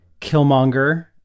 Killmonger